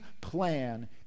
plan